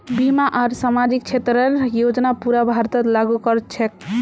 बीमा आर सामाजिक क्षेतरेर योजना पूरा भारतत लागू क र छेक